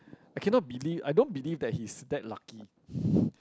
I cannot believe I don't believe that he's that lucky